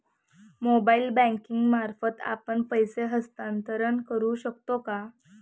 Mobile banking मार्फत आपण पैसे हस्तांतरण करू शकतो का?